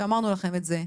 שאמרנו לכם את זה,